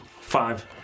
Five